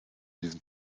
diesem